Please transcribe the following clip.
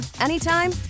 anytime